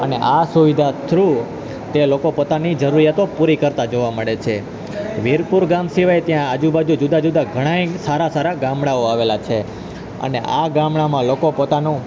અને આ સુવિધા થ્રૂ તે લોકો પોતાની જરૂરિયાતો પૂરી કરતાં જોવા મળે છે વિરપુર ગામ સિવાય ત્યાં આજુબાજુ જુદા જુદા ઘણાય સારા સારા ગામડાઓ આવેલા છે અને આ ગામડામાં લોકો પોતાનું